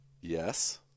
Yes